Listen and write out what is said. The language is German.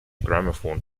grammophon